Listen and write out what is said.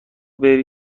بری